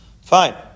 fine